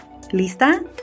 Lista